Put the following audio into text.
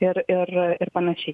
ir ir ir panašiai